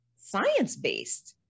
science-based